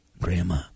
Grandma